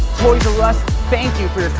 toys r us thank you for